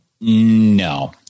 no